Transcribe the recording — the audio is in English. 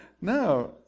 No